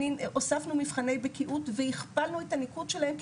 הוספנו מבחני בקיאות והכפלנו את הניקוד שלהם,